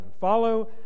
follow